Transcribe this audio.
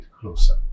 closer